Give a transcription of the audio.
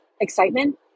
excitement